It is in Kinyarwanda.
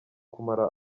kumara